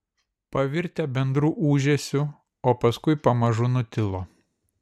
pavirtę bendru ūžesiu o paskui pamažu nutilo